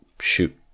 shoot